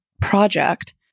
project